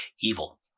evil